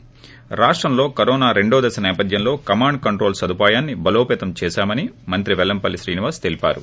ి రాష్టంలో కరోనా రెండోదశ సేపధ్యంలో కమాండ్ కంట్రోల్ సదుపాయాన్ని బలోపతం చేశామని మంత్రి వెల్లంపల్లి శ్రీనివాస్ తెలిపారు